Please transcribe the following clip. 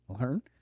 learn